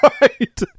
Right